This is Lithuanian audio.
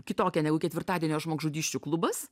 kitokia negu ketvirtadienio žmogžudysčių klubas